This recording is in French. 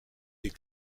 des